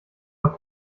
mal